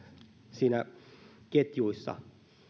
niissä ketjuissa